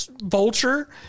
vulture